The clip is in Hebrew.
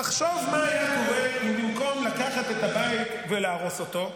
תחשוב מה היה קורה אם במקום לקחת את הבית ולהרוס אותו,